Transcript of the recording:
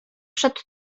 przed